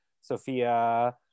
Sophia